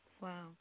Wow